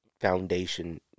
Foundation